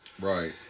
Right